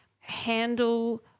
handle